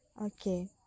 Okay